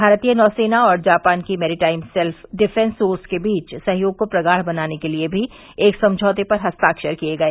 भारतीय नौसेना और जापान की मेरीटाइम सेल्फ डिफॅस सोर्स के बीच सहयोग को प्रगाढ़ बनाने के लिए भी एक समझौते पर हस्ताक्षर किए गए